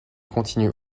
continue